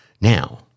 Now